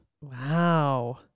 Wow